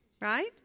right